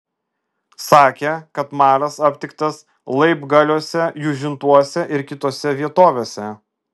sakė kad maras aptiktas laibgaliuose jūžintuose ir kitose vietovėse